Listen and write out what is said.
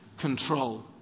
control